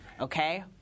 Okay